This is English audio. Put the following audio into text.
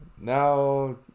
now